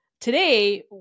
today